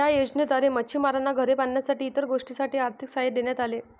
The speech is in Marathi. या योजनेद्वारे मच्छिमारांना घरे बांधण्यासाठी इतर गोष्टींसाठी आर्थिक सहाय्य देण्यात आले